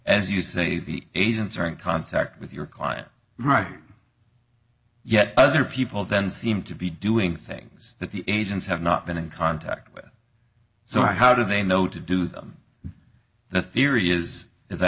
as you say the agents are in contact with your client right yet other people then seem to be doing things that the agents have not been in contact with so how do they know to do them the theory is